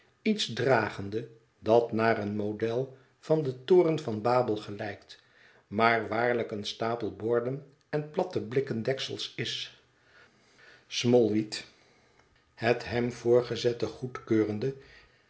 iets dragende dat naar een model van den toren van babel gelijkt maar waarlijk een stapel borden en platte blikken deksels is smallweed het hem voorgezette goedkeurende